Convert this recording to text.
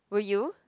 will you